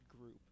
group